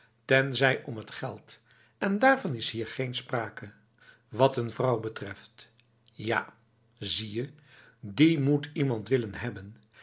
tenzij om het geld en daarvan is hier geen sprake wat n vrouw betreft ja zie je die moet iemand willen hebben